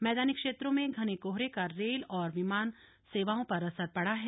मैदानी क्षेत्रों में घने कोहरे का रेल और विमान सेवाओं पर असर पड़ा है